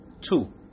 Two